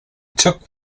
took